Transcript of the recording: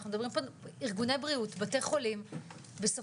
אנחנו מדברים על ארגוני בריאות,